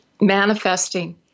Manifesting